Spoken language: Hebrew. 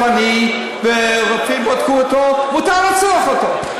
לרצוח אותו.